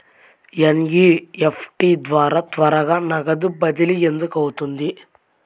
NEFT ద్వారా త్వరగా నగదు బదిలీ ఎందుకు అవుతుంది?